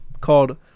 called